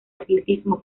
atletismo